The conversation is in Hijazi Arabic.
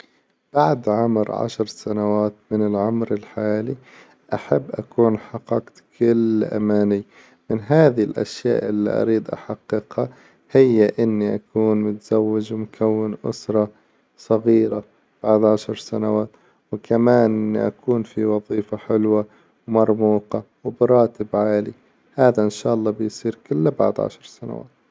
بعد عمر عشر سنوات من العمر الحالي أحب أكون حققت كل أماني، من هذي الأشياء إللي أريد أحققها هي إني أكون متزوج ومكون أسرة صغيرة بعد عشر سنوات، وكمان إني أكون في وظيفة حلوة ومرموقة وبراتب عالي، هذا إن شاء الله بيصير كله بعد عشر سنوات.